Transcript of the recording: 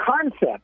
concept